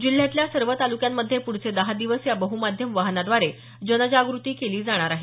जिल्ह्यातल्या सर्व तालुक्यांमध्ये पुढचे दहा दिवस या बहुमाध्यम वाहनाद्वारे जनजागृती केली जाणार आहे